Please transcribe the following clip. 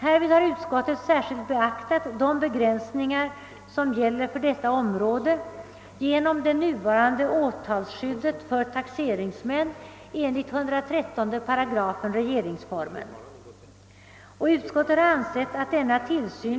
prövar vissa förslag till omorganisation av riksdagens ombudsmannaämbeten.